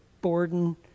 Borden